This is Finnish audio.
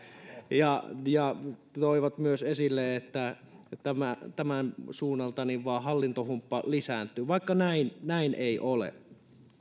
ja ja tuotiin myös esille että tämän suunnalta vain hallintohumppa lisääntyy vaikka näin näin ei ole